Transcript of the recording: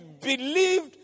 believed